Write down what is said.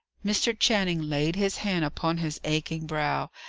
mr. channing laid his hand upon his aching brow,